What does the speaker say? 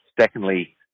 Secondly